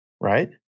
Right